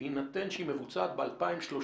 בהינתן שהיא מבוצעת ב-2030,